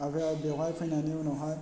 आरो बेवहाय फैनायनि उनावहाय